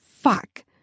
fuck